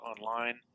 online